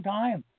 time